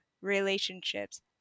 relationships